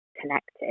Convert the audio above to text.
connected